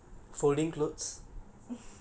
okay